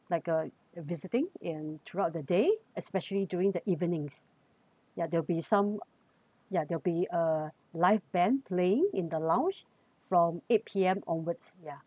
like a visiting and throughout the day especially during the evenings yeah they'll be some yeah they'll be uh live band playing in the lounge from eight P_M onwards ya